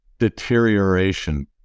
Deterioration